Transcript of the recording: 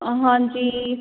ਹਾਂਜੀ